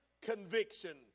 conviction